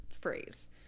phrase